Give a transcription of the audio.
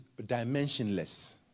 dimensionless